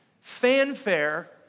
fanfare